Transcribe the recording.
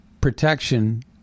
protection